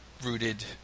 rooted